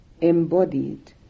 embodied